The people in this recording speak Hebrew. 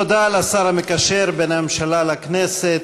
תודה לשר המקשר בין הממשלה לבין